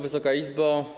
Wysoka Izbo!